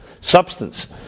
substance